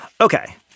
Okay